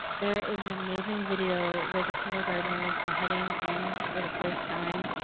there is an amazing video where the kindergartners are heading in for the first time,